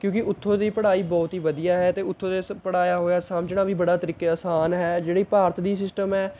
ਕਿਉਂਕਿ ਉੱਥੋਂ ਦੀ ਪੜ੍ਹਾਈ ਬਹੁਤ ਹੀ ਵਧੀਆ ਹੈ ਅਤੇ ਉੱਥੋਂ ਪੜ੍ਹਾਇਆ ਹੋਇਆ ਸਮਝਣਾ ਵੀ ਬੜਾ ਤਰੀਕੇ ਆਸਾਨ ਹੈ ਜਿਹੜੀ ਭਾਰਤ ਦੀ ਸਿਸਟਮ ਹੈ